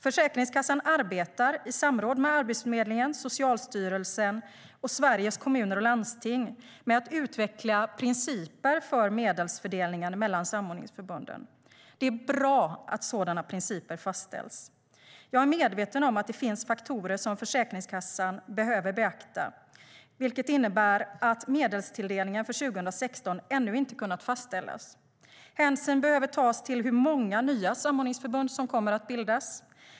Försäkringskassan arbetar, i samråd med Arbetsförmedlingen, Socialstyrelsen och Sveriges Kommuner och Landsting, med att utveckla principer för medelsfördelningen mellan samordningsförbunden. Det är bra att sådana principer fastställs. Jag är medveten om att det finns faktorer som Försäkringskassan behöver beakta, vilket innebär att medelstilldelningen för 2016 ännu inte har kunnat fastställas. Hänsyn behöver tas till hur många nya samordningsförbund som kommer att bildas.